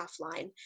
offline